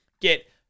get